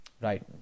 Right